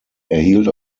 erhielt